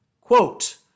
Quote